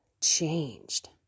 changed